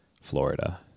Florida